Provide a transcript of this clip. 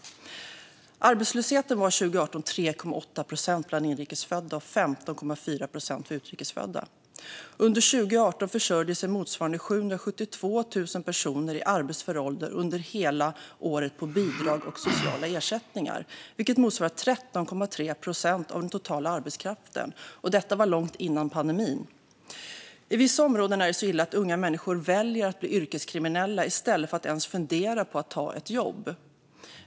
Arbetslösheten 2018 var 3,8 procent bland inrikes födda och 15,4 procent bland utrikes födda. Under 2018 försörjde sig 772 000 personer i arbetsför ålder under hela året på bidrag och sociala ersättningar, vilket motsvarar 13,3 procent av den totala arbetskraften. Och detta var långt före pandemin. I vissa områden är det så illa att unga människor väljer att bli yrkeskriminella i stället för att ens fundera på att ta ett jobb.